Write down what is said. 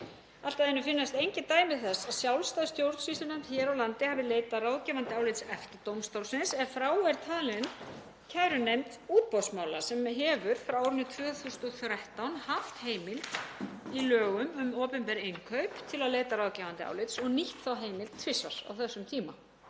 Allt að einu finnast engin dæmi þess að sjálfstæð stjórnsýslunefnd hér á landi hafi leitað ráðgefandi álits EFTA-dómstólsins ef frá er talin kærunefnd útboðsmála sem hefur frá árinu 2013 haft heimild, í lögum um opinber innkaup, til að leita ráðgefandi álits og nýtt þá heimild tvisvar á þessum tíma.